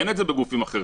אין את זה בגופים אחרים.